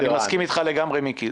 אני מסכים איתך לגמרי, מיקי.